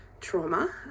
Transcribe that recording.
trauma